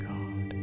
God